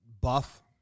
buff